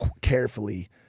carefully